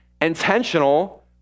intentional